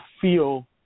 feel